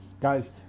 Guys